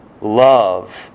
Love